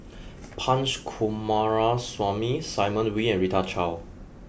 Punch Coomaraswamy Simon Wee and Rita Chao